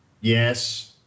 yes